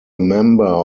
member